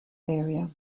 area